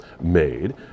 made